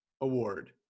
award